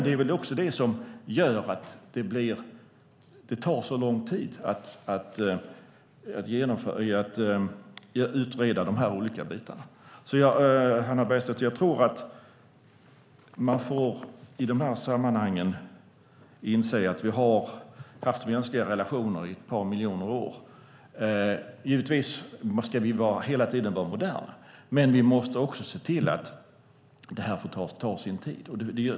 Det är också det som gör att det tar så lång tid att utreda de här olika bitarna. Så, Hannah Bergstedt, jag tror att man i de här sammanhangen får inse att vi har haft mänskliga relationer i några miljoner år. Givetvis ska vi hela tiden vara moderna, men vi måste också låta det här ta sin tid.